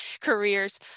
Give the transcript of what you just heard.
careers